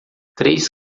três